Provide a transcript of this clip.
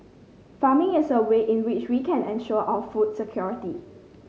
farming is a way in which we can ensure our food security